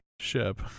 ship